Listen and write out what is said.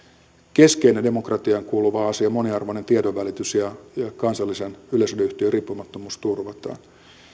keskeinen demokratiaan kuuluva asia moniarvoinen tiedonvälitys ja kansallisen yleisradioyhtiön riippumattomuus turvataan